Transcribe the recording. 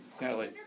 Natalie